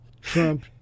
Trump